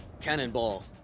Cannonball